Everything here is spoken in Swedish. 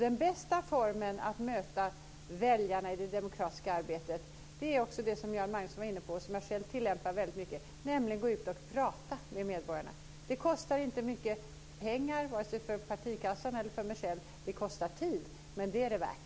Den bästa formen för att möta väljarna i det demokratiska arbetet är det som Göran Magnusson var inne på och som jag själv tillämpar väldigt mycket, nämligen att gå ut och prata med medborgarna. Det kostar inte mycket pengar vare sig för partikassan eller för mig själv. Däremot kostar det tid, men det är det värt.